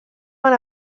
van